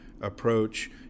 approach